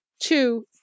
Two